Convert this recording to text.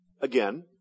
Again